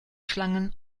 schlangen